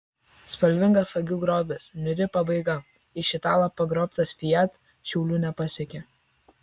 spalvingas vagių grobis niūri pabaiga iš italo pagrobtas fiat šiaulių nepasiekė